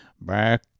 back